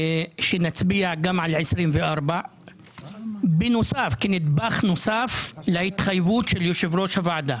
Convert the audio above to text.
שנצביע גם על 2024 כנדבך נוסף להתחייבות של יושב-ראש הוועדה.